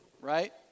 Right